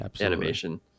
animation